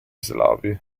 slavi